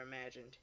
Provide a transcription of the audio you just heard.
imagined